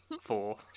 Four